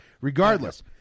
Regardless